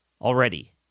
already